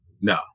No